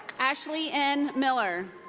ashley n. miller.